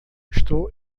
estou